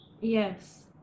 Yes